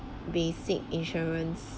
basic insurance